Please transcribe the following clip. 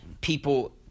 people